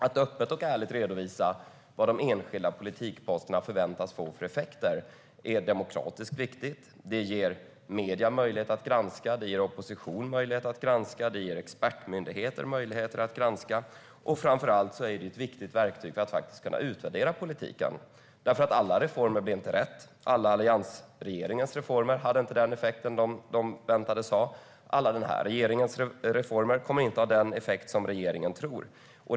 Att öppet och ärligt redovisa vad de enskilda politikposterna förväntas få för effekter är demokratiskt riktigt. Det ger medierna möjlighet att granska. Det ger oppositionen möjlighet att granska. Det ger expertmyndigheter möjligheter att granska. Framför allt är det ett viktigt verktyg för att kunna utvärdera politiken. Alla reformer blir ju inte rätt. Alla alliansregeringens reformer hade inte den effekt som de förväntades ha. Alla den här regeringens reformer kommer inte att ha den effekt som regeringen tror.